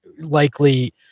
likely